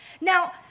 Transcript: Now